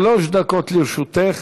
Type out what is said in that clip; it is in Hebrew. שלוש דקות לרשותך.